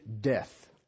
death